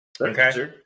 Okay